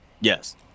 Yes